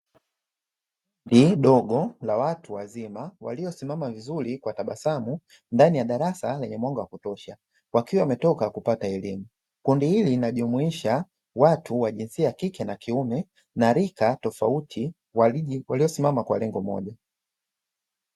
Eneo dogo la watu wazima waliosimama vizuri kwa tabasamu ndani ya darasa lenye mwanga wa kutosha, wakiwa wametoka kupata elimu, kundi hili linajumuisha watu wa jinsia ya kike na kiume na rika tofauti waliosimama kwa lengo moja.